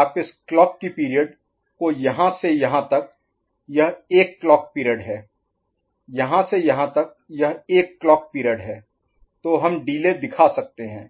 आप इस क्लॉक की पीरियड को यहाँ से यहाँ तक यह एक क्लॉक पीरियड है यहाँ से यहाँ तक यह एक क्लॉक पीरियड है तो हम डिले दिखा सकते हैं